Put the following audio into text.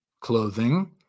clothing